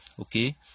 Okay